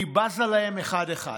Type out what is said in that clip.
והיא בזה להם אחד-אחד.